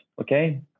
okay